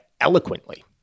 eloquently